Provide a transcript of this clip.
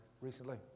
recently